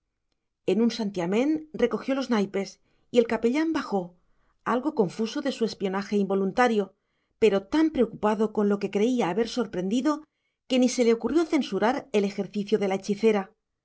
en un santiamén recogió los naipes y el capellán bajó algo confuso de su espionaje involuntario pero tan preocupado con lo que creía haber sorprendido que ni se le ocurrió censurar el ejercicio de la hechicería